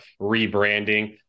rebranding